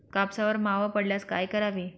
कापसावर मावा पडल्यास काय करावे?